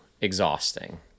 exhausting